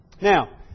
Now